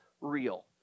real